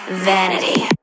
Vanity